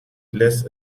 less